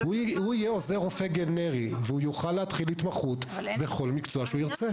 הוא יהיה עוזר רופא גנרי והוא יוכל להתחיל התמחות בכל מקצוע שירצה.